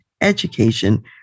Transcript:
education